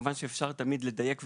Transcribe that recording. כמובן שאפשר תמיד לדייק ולשפר.